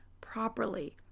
properly